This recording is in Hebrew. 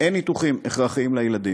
גם חבר הכנסת חנין בעניין.